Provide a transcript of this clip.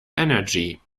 energy